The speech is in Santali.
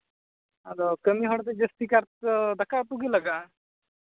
ᱟᱫᱚ ᱠᱟᱹᱢᱤ ᱦᱚᱲ ᱫᱚ ᱡᱟᱹᱥᱛᱤᱠᱟᱨ ᱛᱮᱫᱚ ᱫᱟᱠᱟ ᱩᱛᱩ ᱜᱮ ᱞᱟᱜᱟᱼᱟ